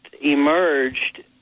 emerged